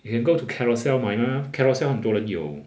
you can go to carousell 买 mah carousell 很多人有